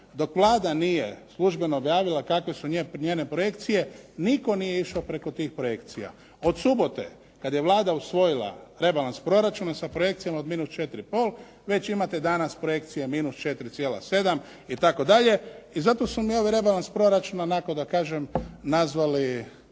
dok Vlada nije službeno objavila kakve su njene projekcije, nitko nije išao preko tih projekcija. Od subote kad je Vlada usvojila rebalans proračun sa projekcijama od minus 4,5 već imate danas projekcije minus 4,7 itd. i zato smo mi ovaj rebalans proračuna onako da kažem nazvali